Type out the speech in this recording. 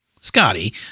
Scotty